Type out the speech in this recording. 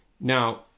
Now